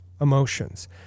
emotions